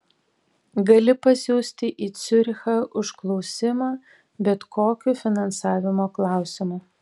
gali pasiųsti į ciurichą užklausimą bet kokiu finansavimo klausimu